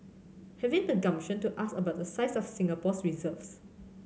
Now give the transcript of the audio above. having the gumption to ask about the size of Singapore's reserves